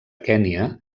kenya